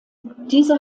diese